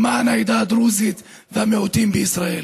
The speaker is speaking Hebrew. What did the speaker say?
למען העדה הדרוזית והמיעוטים בישראל.